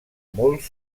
molts